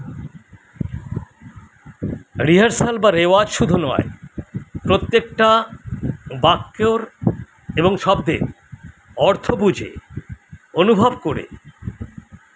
rehearsal বা রেওয়াজ শুধু নয় প্রত্যেকটা বাক্যর এবং শব্দের অর্থ বুঝে অনুভব করে